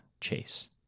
chase